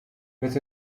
met